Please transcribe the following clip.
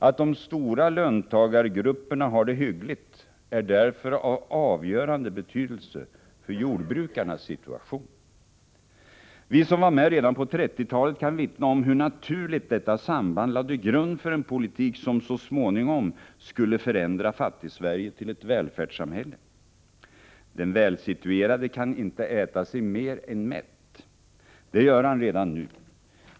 Att de stora löntagargrupperna har det hyggligt är därför av avgörande betydelse för jordbrukarnas situation. Vi som var med redan på 1930-talet kan vittna om hur naturligt detta samband lade grund för en politik, som så småningom skulle förändra Fattigsverige till ett välfärdssamhälle. Den välsituerade kan inte äta sig mer än mätt. Det gör han redan nu.